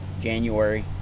January